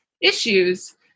issues